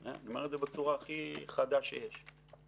אני אומר את זה בצורה הכי חדה שיש.